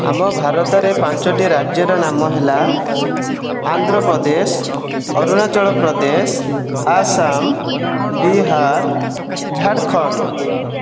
ଆମ ଭାରତରେ ପାଞ୍ଚଟି ରାଜ୍ୟର ନାମ ହେଲା ଆନ୍ଧ୍ର ପ୍ରଦେଶ ଅରୁଣାଞ୍ଚଳ ପ୍ରଦେଶ ଆସାମ ବିହାର ଝାଡ଼ଖଣ୍ଡ